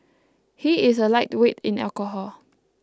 he is a lightweight in alcohol